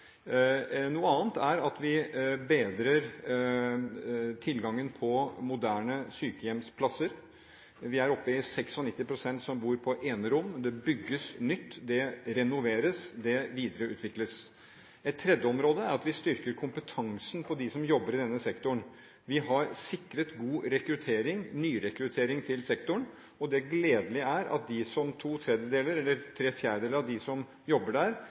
Noe annet er at vi bedrer tilgangen på moderne sykehjemsplasser. Vi er oppe i en andel på 96 pst. som bor på enerom. Det bygges nytt, det renoveres og det videreutvikles. Et tredje område er at vi styrker kompetansen til dem som jobber i denne sektoren. Vi har sikret god nyrekruttering til sektoren, og det gledelige er at tre fjerdedeler av dem som jobber der